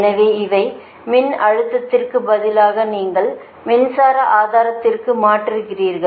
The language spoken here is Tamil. எனவே மின்னழுத்தத்திற்குப் பதிலாக நீங்கள் மின்சார ஆதாரத்திற்கு மாற்றுகிறீர்கள்